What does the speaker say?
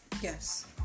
yes